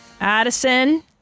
Addison